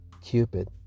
Cupid